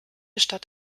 stadt